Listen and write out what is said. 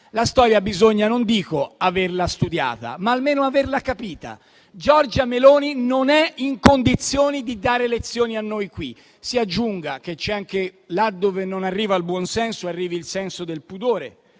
La storia bisogna non dico averla studiata, ma almeno averla capita. Giorgia Meloni non è in condizioni di dare lezioni a noi qui. Si aggiunga che, anche laddove non arriva il buonsenso, deve arrivare il senso del pudore.